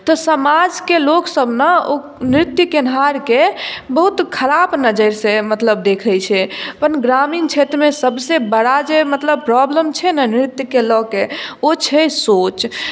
तऽ समाजकेँ लोकसभ ने नृत्य केनिहारकेँ बहुत खराब नजरि सॅं मतलब देखै छै अपन ग्रामीण क्षेत्रमे सभसे बड़ा जे मतलब प्रॉब्लम छै ने नृत्यकेँ लऽ केँ ओ छै सोच